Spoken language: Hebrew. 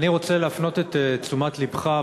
אני רוצה להפנות את תשומת לבך,